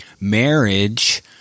marriage